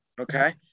Okay